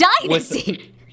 dynasty